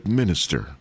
minister